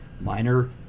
minor